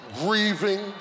grieving